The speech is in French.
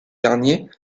dernier